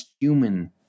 human